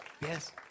Yes